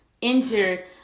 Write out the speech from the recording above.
injured